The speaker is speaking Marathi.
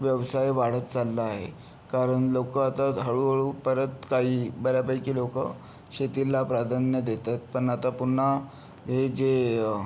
व्यवसाय वाढत चालला आहे कारण लोकं आता हळूहळू परत काही बऱ्यापैकी लोकं शेतीला प्राधान्य देतात पण आता पुन्हा हे जे